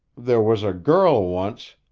there was a girl once